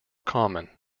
common